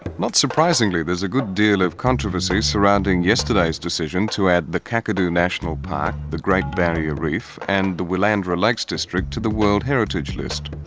not surprisingly there is a good deal of controversy surrounding yesterday's decision to add the kakadu national park, the great barrier reef and the willandra lakes district to the world heritage list.